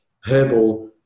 herbal